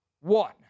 One